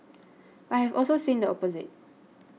but I have also seen the opposite